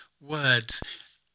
words